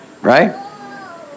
right